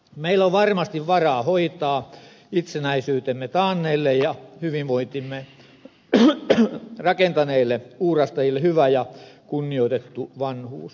meillä on varmasti varaa hoitaa itsenäisyytemme taanneille ja hyvinvointimme rakentaneille uurastajille hyvä ja kunnioitettu vanhuus